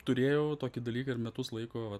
turėjau tokį dalyką ir metus laiko va